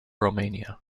romania